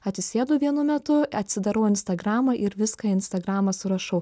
atsisėdu vienu metu atsidarau instagramą ir viską į instagramą surašau